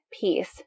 peace